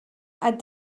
add